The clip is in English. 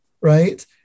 right